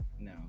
no